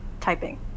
typing